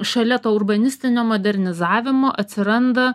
šalia to urbanistinio modernizavimo atsiranda